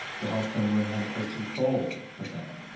to help them learn how to take control of that.